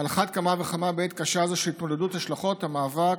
על אחת כמה וכמה בעת קשה זו של התמודדות עם השלכות המאבק